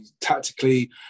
tactically